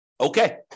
Okay